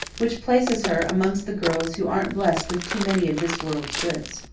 which places her amongst the girls who aren't blessed with too many of this world's goods.